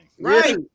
right